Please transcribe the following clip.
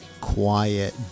quiet